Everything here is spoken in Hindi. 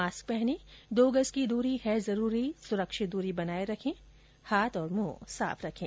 मास्क पहनें दो गज की दूरी है जरूरी सुरक्षित दूरी बनाए रखें हाथ और मुंह साफ रखें